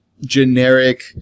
generic